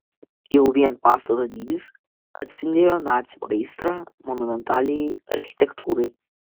jau vien pastato dydis atspindėjo nacių aistrą monumentaliajai architektūrai